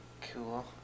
Cool